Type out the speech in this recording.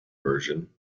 version